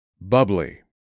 Bubbly